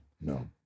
No